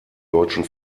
deutschen